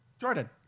Jordan